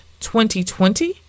2020